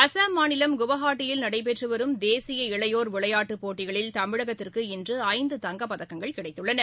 அஸ்ஸாம் மாநிலம் குவாஹாத்தியில் நடைபெற்று வரும் தேசிய இளையோா் விளையாட்டுப் போட்டிகளில் தமிழகத்திற்கு இன்று ஐந்து தங்கப்பதக்கங்கள் கிடைத்துள்ளன